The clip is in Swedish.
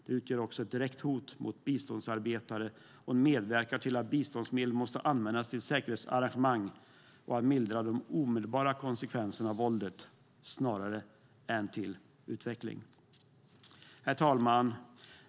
Det utgör också ett direkt hot mot biståndsarbetare och medverkar till att biståndsmedel måste användas till säkerhetsarrangemang och till att mildra de omedelbara konsekvenserna av våldet snarare än till utveckling. Herr talman!